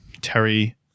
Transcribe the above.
Terry